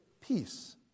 Peace